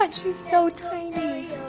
but she's so tiny.